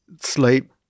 sleep